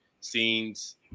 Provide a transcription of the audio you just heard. scenes